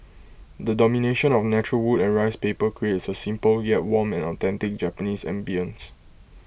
the domination of natural wood and rice paper creates A simple yet warm and authentic Japanese ambience